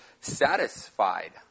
satisfied